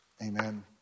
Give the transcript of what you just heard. Amen